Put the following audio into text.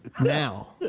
now